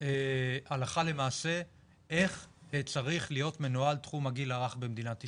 הלכה למעשה איך צריך להיות מנוהל תחום הגיל הרך במדינת ישראל.